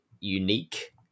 unique